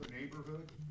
neighborhood